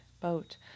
boat